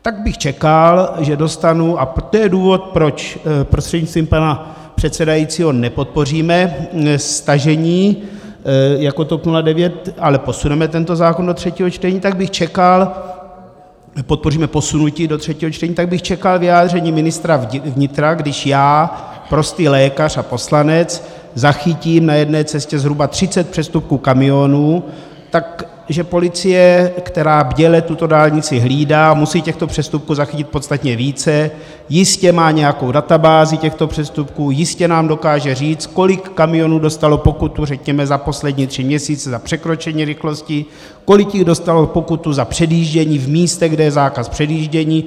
Tak bych čekal, že dostanu a to je důvod, proč prostřednictvím pana předsedajícího nepodpoříme stažení jako TOP 09, ale posuneme tento zákon do třetího čtení, tak bych čekal podpoříme posunutí do třetího čtení tak bych čekal vyjádření ministra vnitra, když já, prostý lékař a poslanec, zachytím na jedné cestě zhruba 30 přestupků kamionů, že policie, která bděle tuto dálnici hlídá a musí těchto přestupků zachytit podstatě více, jistě má nějakou databázi těchto přestupků, jistě nám dokáže říct, kolik kamionů dostalo pokutu, řekněme, za poslední tři měsíce za překročení rychlosti, kolik jich dostalo pokutu za předjíždění v místech, kde je zákaz předjíždění.